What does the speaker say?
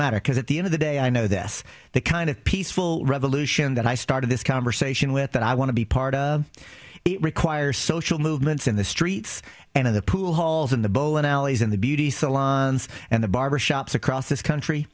matter because at the end of the day i know this the kind of peaceful revolution that i started this conversation with that i want to be part of it requires social movements in the streets and in the pool halls and the bowling alleys and the beauty salons and the barbershops across this country